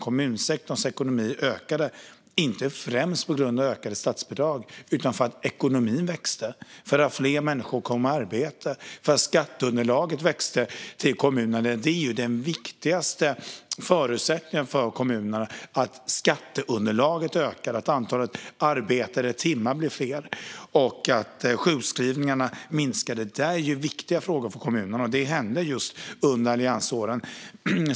Kommunsektorns ekonomi ökade, inte främst på grund av ökade statsbidrag utan för att ekonomin växte, för att fler människor kom i arbete och för att skatteunderlaget till kommunerna växte. De viktigaste förutsättningarna för kommunerna är att skatteunderlaget ökar, att antalet arbetade timmar blir större och att sjukskrivningarna minskar. Detta är viktiga frågor för kommunerna, och detta hände just under alliansåren.